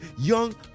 young